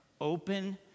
open